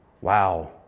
wow